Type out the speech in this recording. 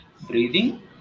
breathing